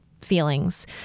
feelings